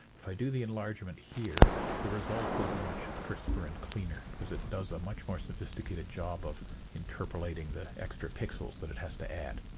if i do the enlargement here the result will be much crisper and cleaner as it does a much more sophisticated job of interpolating the extra pixels that it has to add.